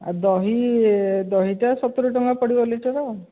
ଆଉ ଦହି ଦହି ତ ସତୁରି ଟଙ୍କା ପଡ଼ିବ ଲିଟର ଆଉ